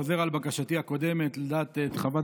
חוזר על בקשתי הקודמת לדעת את חוות